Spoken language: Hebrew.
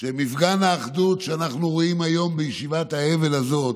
שמפגן האחדות שאנחנו רואים היום בישיבת האבל הזאת,